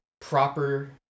proper